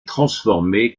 transformée